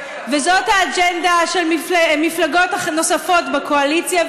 וזאת האג'נדה של מפלגות נוספות בקואליציה,